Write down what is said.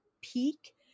peak